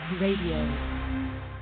Radio